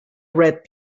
red